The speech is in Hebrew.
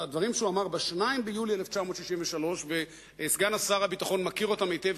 דברים שהוא אמר ב-2 ביוני 1963. סגן שר הביטחון מכיר אותם היטב,